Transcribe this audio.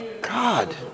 God